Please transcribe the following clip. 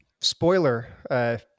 spoiler